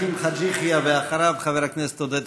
תודה.